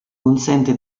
consente